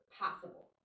possible